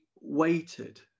waited